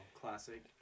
classic